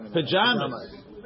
Pajamas